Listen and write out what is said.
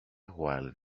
while